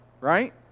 right